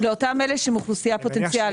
לאותם אלה שהם אוכלוסייה פוטנציאלית.